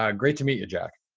ah great to meet you jack.